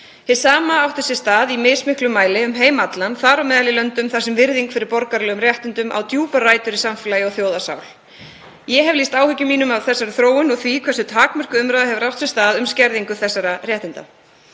Hið sama átti sér stað, í mismiklum mæli, um heim allan, þar á meðal í löndum þar sem virðing fyrir borgaralegum réttindum á djúpar rætur í samfélagi og þjóðarsál. Ég hef lýst áhyggjum mínum af þessari þróun og því hversu takmörkuð umræða hefur átt sér stað um skerðingu þessara réttinda.